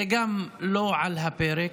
זה גם לא על הפרק.